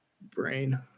Brain